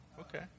okay